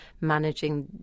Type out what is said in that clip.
managing